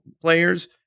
players